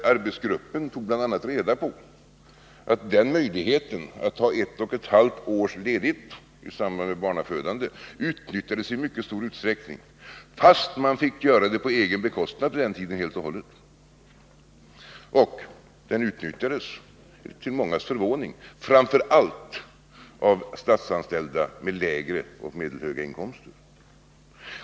Arbetsgruppen tog bl.a. reda på att möjligheten att ta ledigt i ett och ett halvt år med anledning av barnafödande utnyttjades i mycket stor utsträckning, fastän man på den tiden fick göra det helt på egen bekostnad. Den rätten utnyttjades, till mångas förvåning, framför allt av statsanställda med lägre och medelhöga inkomster.